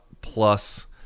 plus